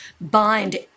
bind